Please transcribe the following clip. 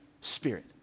Spirit